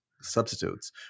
substitutes